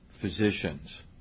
physicians